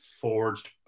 forged